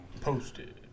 posted